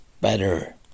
better